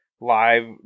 live